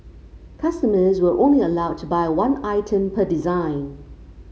customers were only allowed to buy one item per design